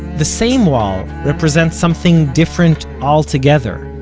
the same wall represents something different altogether.